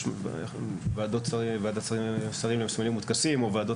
יש ועדת שרים לסמלים וטקסים או ועדות